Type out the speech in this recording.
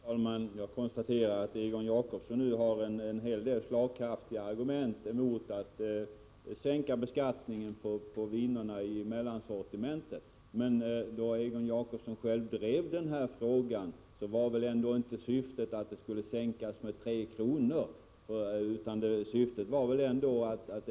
Herr talman! Jag konstaterar att Egon Jacobsson nu har en hel del slagkraftiga argument mot att sänka beskattningen på viner i mellansortimentet. Men då Egon Jacobsson själv drev den här frågan var väl ändå inte syftet att det skulle ske en sänkning med 3 kr.